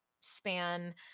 span